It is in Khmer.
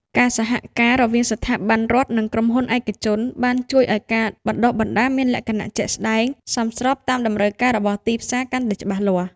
ការសហការរវាងស្ថាប័នរដ្ឋ និងក្រុមហ៊ុនឯកជន បានជួយឱ្យការបណ្តុះបណ្តាលមានលក្ខណៈជាក់ស្តែង សមស្របតាមតម្រូវការរបស់ទីផ្សារកាន់តែច្បាស់លាស់។